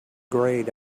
grayed